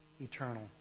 eternal